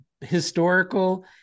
historical